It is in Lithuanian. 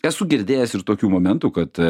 esu girdėjęs ir tokių momentų kad